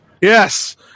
Yes